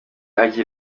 ajya